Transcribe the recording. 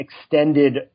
extended